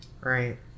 Right